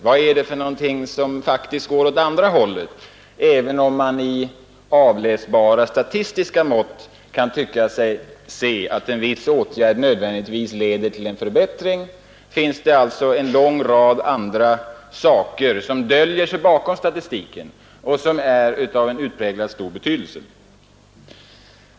Vad är det för någonting som faktiskt verkar åt andra hållet? Även om man i avläsbara statistiska mått kan tycka sig se att en viss åtgärd leder till en förbättring finns det en lång rad andra överväganden som döljer sig bakom statistiken och som är av stor betydelse.